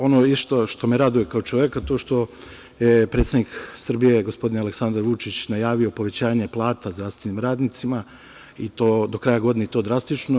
Ono isto što me raduje kao čoveka, to što je predsednik Srbije, gospodin Aleksandar Vučić, najavio povećanje plata zdravstvenim radnicima i to do kraja godine, i to drastično.